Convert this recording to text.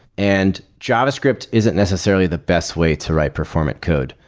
and javascript isn't necessarily the best way to write performant code.